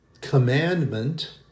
commandment